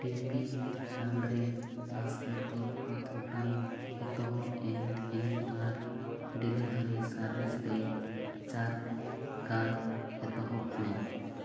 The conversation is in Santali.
ᱰᱤ ᱯᱤ ᱞᱟᱱᱰᱨᱤ ᱵᱟᱥᱠᱮᱴ ᱫᱚ ᱯᱟᱸᱪ ᱜᱚᱴᱟᱝ ᱮᱛᱚᱦᱚᱵ ᱮᱢ ᱮᱢ ᱟᱨ ᱰᱮᱞᱤᱵᱷᱟᱨᱤ ᱥᱟᱨᱵᱷᱤᱥ ᱨᱮ ᱪᱟᱨ ᱜᱟ ᱮᱛᱚᱦᱚᱵ ᱢᱮ